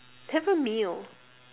have a meal